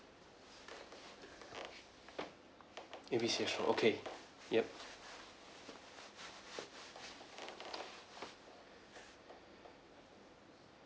A B C restaurant okay yup